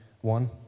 one